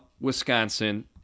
Wisconsin